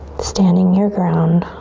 standing your ground,